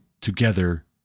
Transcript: together